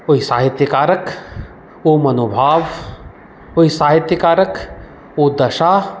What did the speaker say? साहित्यकारक ओ मनोभाव ओ साहित्यकारक ओ दशा